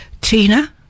tina